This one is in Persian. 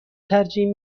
ترجیح